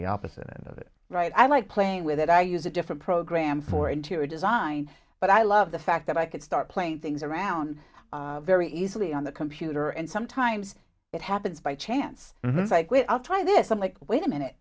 the opposite right i like playing with it i use a different program for interior design but i love the fact that i could start playing things around very easily on the computer and sometimes it happens by chance and then if i quit i'll try this i'm like wait a minute